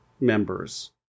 members